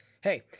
hey